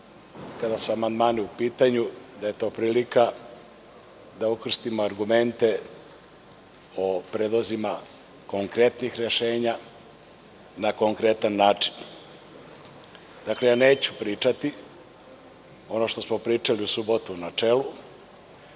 kada su amandmani u pitanju da je to prilika da ukrstimo argumente o predlozima konkretnih rešenja na konkretan način. Neću pričati ono što smo pričali u subotu u načelu.